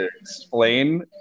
Explain